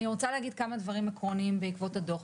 אני רוצה להגיד כמה דברים עקרוניים בעקבות הדוח.